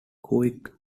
quick